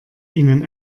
ihnen